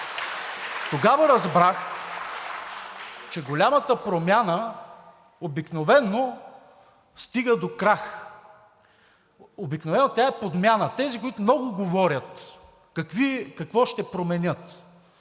Тогава разбрах, че голямата промяна обикновено стига до крах, обикновено тя е подмяна. Тези, които много говорят какво ще променят,